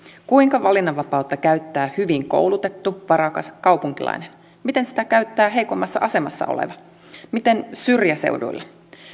kuinka valinnanvapautta käyttää hyvin koulutettu varakas kaupunkilainen miten sitä käyttää heikommassa asemassa oleva miten syrjäseuduilla